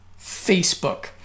Facebook